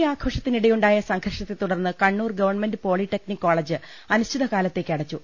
holy ആഘോഷത്തിനിടെയുണ്ടായ സംഘർഷത്തെ തുടർന്ന് കണ്ണൂർ ഗവൺമെന്റ് പോളിടെക്നിക്ക് കോളേജ് അനിശ്ചിത കാല ത്തേക്ക് അടച്ചു